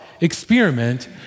experiment